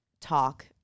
talk